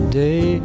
day